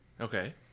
Okay